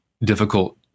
difficult